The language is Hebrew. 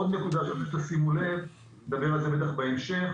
עוד נקודה שימו לב ונדבר על זה בטח בהמשך